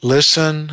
Listen